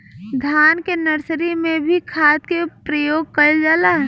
धान के नर्सरी में भी खाद के प्रयोग कइल जाला?